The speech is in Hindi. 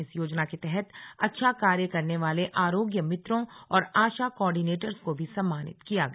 इस योजना के तहत अच्छा कार्य करने वाले आरोग्य मित्रों और आशा कोऑर्डिनेटर को भी सम्मानित किया गया